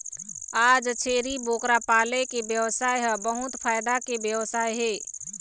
आज छेरी बोकरा पाले के बेवसाय ह बहुत फायदा के बेवसाय हे